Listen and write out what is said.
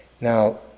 Now